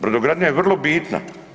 Brodogradnja je vrlo bitna.